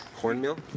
Cornmeal